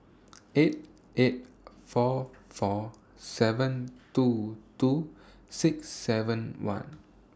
eight eight four four seven two two six seven one